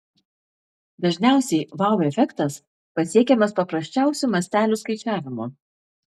dažniausiai vau efektas pasiekiamas paprasčiausiu mastelių skaičiavimu